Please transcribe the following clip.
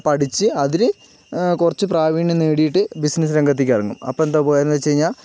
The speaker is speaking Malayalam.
പഠിച്ച് അതില് കുറച്ച് പ്രാവീണ്യം നേടിയിട്ട് ബിസ്നെസ്സ് രംഗത്തേക്കിറങ്ങും അപ്പോൾ എന്താ ഉപകാരമെന്നു വെച്ചുകഴിഞ്ഞാൽ